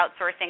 outsourcing